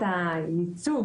מבחינת הייצוג,